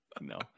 No